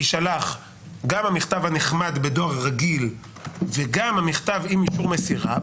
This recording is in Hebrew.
יישלח גם המכתב הנחמד בדואר רגיל וגם המכתב עם אישור מסירה.